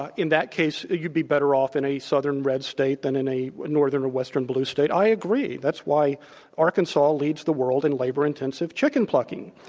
ah in that case you'd be better off in a southern red state than in a northern or western blue state. i agree. that's why arkansas leads the world in labor-intensive chicken plucking.